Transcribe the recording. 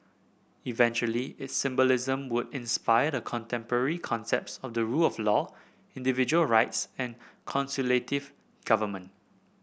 eventually its symbolism would inspire the contemporary concepts of the rule of law individual rights and consultative government